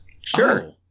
Sure